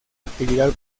actividad